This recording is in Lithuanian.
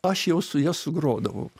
aš jau su ja sugrodavau